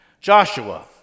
Joshua